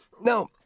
No